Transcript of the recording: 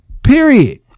Period